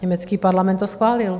Německý parlament to schválil.